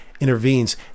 intervenes